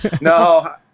No